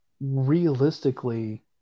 realistically